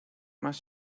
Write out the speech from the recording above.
más